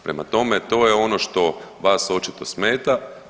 Prema tome, to je ono što vas očito smeta.